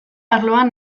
arloan